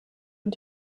und